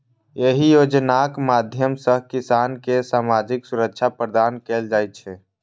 एहि योजनाक माध्यम सं किसान कें सामाजिक सुरक्षा प्रदान कैल जाइ छै